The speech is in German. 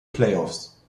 playoffs